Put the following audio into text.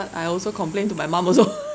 I also complain to my mom also